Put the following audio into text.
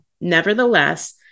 Nevertheless